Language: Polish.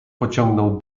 pociągnął